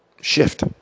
shift